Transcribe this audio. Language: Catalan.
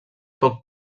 poc